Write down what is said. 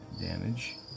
damage